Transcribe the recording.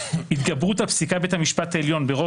התגברות על פסיקת בית המשפט העליון ברוב